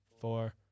four